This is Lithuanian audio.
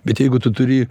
bet jeigu tu turi